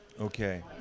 Okay